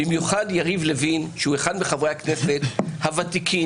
במיוחד יריב לוין שהוא אחד מחברי הכנסת הוותיקים,